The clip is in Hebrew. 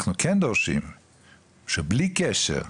אנחנו כן דורשים שבלי קשר,